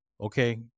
Okay